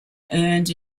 earned